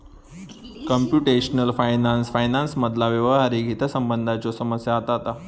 computational finance फायनान्समधला व्यावहारिक हितसंबंधांच्यो समस्या हाताळता